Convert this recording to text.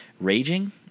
raging